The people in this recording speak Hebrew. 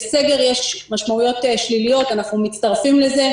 לסגר יש משמעויות שליליות אנחנו מצטרפים לזה,